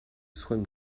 swim